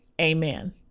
Amen